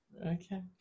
Okay